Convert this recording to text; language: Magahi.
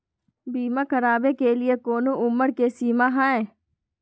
बीमा करावे के लिए कोनो उमर के सीमा है?